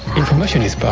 information is but